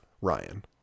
Ryan